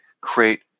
create